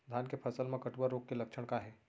धान के फसल मा कटुआ रोग के लक्षण का हे?